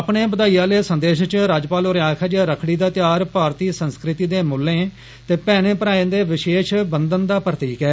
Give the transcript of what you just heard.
अपने बधाई आले संदेष च राज्यपाल होरे आक्खेआ जे रक्खड़ी दा त्योहार भारती संस्कृति दे मुल्ले ते मैनें भ्राएं दे विषेश बंधन दा प्रतीक ऐ